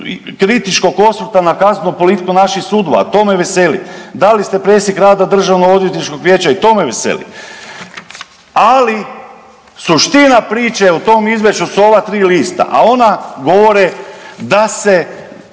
kritičkog osvrta na kaznenu politiku naših sudova, a to me veseli. Dali ste presjek rada Državno odvjetničkog vijeća i to me veseli. Ali suština priče o tom izvješću su ova tri lista a ona govore da se